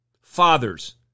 Fathers